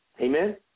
Amen